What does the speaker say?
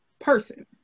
person